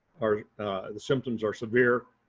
or the symptoms, are severe